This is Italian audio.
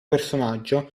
personaggio